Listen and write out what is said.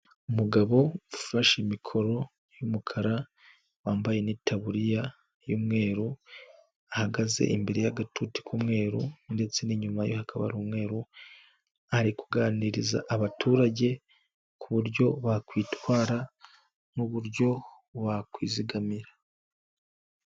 Umugabo ufashe mikoro y'umukara, wambaye nitaburiya y'umweru, ahagaze imbere y'agatuti k'umweru ndetse n'inyuma hakaba ari umweru, ari kuganiriza abaturage ku buryo bakwitwara n'uburyo wakwizigamira.